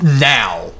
now